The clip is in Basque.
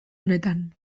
honetan